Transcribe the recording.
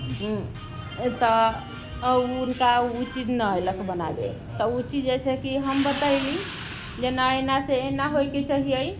तऽ उनका उ चीज नहि होयलक बनाबे तऽ उ चीज जैसे कि हम बतैली जेना एना एना सँ एना होइके चाहिए